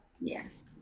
yes